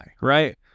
right